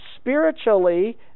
Spiritually